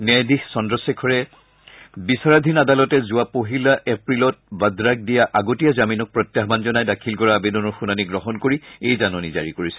ন্যায়াধীশ চন্দ্ৰশেখৰে বিচৰাধীন আদালতে যোৱা পহিলা এপ্ৰিলত ভাদ্ৰাক দিয়া আগতীয়া জামিনক প্ৰত্যাহ্বান জনাই দাখিল কৰা আৱেদনৰ শুনানী গ্ৰহণ কৰি এই জাননী জাৰি কৰিছে